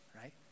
right